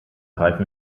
reifen